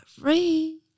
free